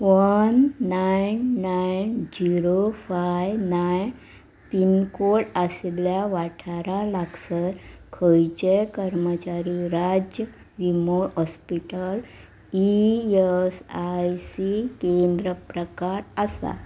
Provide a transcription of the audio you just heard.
one nine nine zero five nine pincode आशिल्ल्या वाठारा लागसर खंयचे कर्मचारी राज्य विमो hospital E S I C केंद्र प्रकार आसा